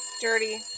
Dirty